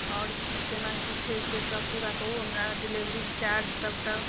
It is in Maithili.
आओर केना की छै सेसभ पूरा कहू हमरा डिलिवरी चार्ज सभटा